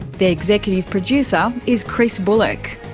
the executive producer is chris bullock,